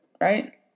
Right